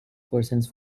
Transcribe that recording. persons